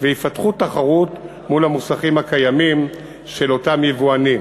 ויפתחו תחרות מול המוסכים הקיימים של אותם יבואנים.